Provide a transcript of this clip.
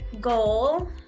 goal